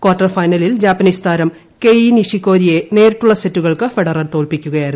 quarter ഫൈനലിൽ Japanese താരം ഉകയി നിഷിക്കോരിയെ നേരിട്ടുള്ള സെറ്റുകൾക്ക് ഫെഡറ്റർ തോൽപ്പിക്കുകയായിരുന്നു